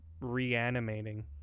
reanimating